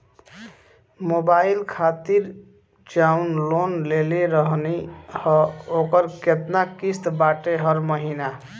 Mobile खातिर जाऊन loan लेले रहनी ह ओकर केतना किश्त बाटे हर महिना?